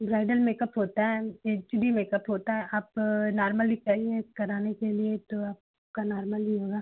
bridal makeup होता है H D makeup है ये आप नार्मल ही कहीं ये कराने के लिए तो आपका नार्मल ही होगा